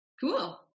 Cool